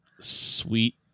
Sweet